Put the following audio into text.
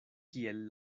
kiel